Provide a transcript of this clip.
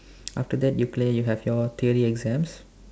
after that you clear you have your theory exams